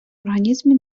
організмі